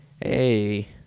Hey